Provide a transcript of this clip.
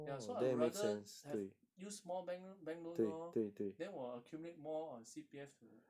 ya so I would rather have use more bank l~ bank loan lor then 我 accumulate more on C_P_F 的